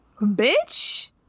Bitch